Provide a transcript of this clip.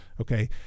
Okay